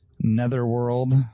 netherworld